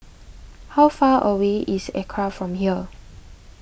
how far away is Acra from here